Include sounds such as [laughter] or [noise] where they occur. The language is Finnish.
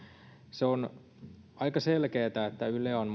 se on aika selkeää että yle on [unintelligible]